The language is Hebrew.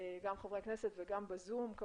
גם חברי הכנסת וגם המוזמנים בזום.